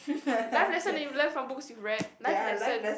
life lesson that you've learn from books you've read life lesson